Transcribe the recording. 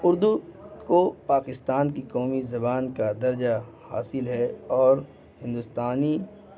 اردو کو پاکستان کی قومی زبان کا درجہ حاصل ہے اور ہندوستانی